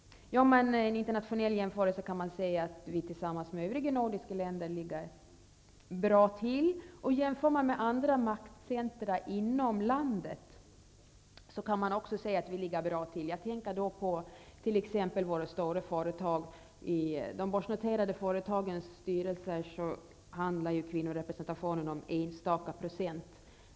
Gör man en internationell jämförelse kan man se att vi, tillsammans med övriga nordiska länder, ligger bra till. Om man jämför med andra maktcentra inom landet kan man också se att vi ligger bra till. I de börsnoterade företagens styrelser handlar kvinnorepresentationen om någon enstaka procent.